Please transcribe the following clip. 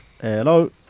hello